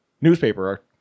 newspaper